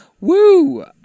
Woo